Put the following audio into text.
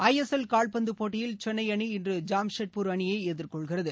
ஐ S L கால்பந்து போட்டியில் சென்னை அணி இன்று ஜாம்ஷெட்பூர் அணியை எதிர்கொள்கிறது